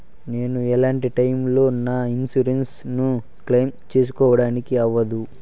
నేను ఎట్లాంటి టైములో నా ఇన్సూరెన్సు ను క్లెయిమ్ సేసుకోవడానికి అవ్వదు?